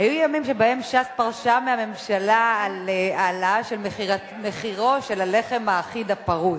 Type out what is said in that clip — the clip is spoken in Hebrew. היו ימים שבהם ש"ס פרשה מהממשלה על העלאה של מחיר הלחם האחיד הפרוס.